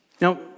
Now